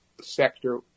sector